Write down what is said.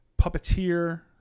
Puppeteer